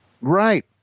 right